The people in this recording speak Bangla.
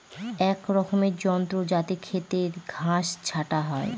এক রকমের যন্ত্র যাতে খেতের ঘাস ছাটা হয়